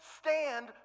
stand